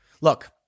Look